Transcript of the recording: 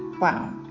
wow